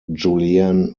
julianne